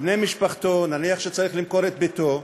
ובני משפחתו, נניח שצריך למכור את ביתו,